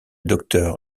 docteur